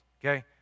Okay